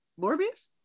Morbius